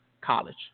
college